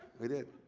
we did,